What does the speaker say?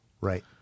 Right